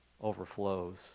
overflows